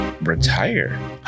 retire